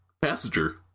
passenger